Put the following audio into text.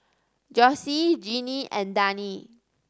Jossie Genie and Dani